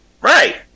Right